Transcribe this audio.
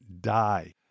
die